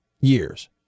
years